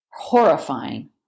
horrifying